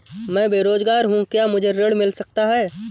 मैं बेरोजगार हूँ क्या मुझे ऋण मिल सकता है?